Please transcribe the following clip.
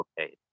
okay